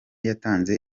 yatanze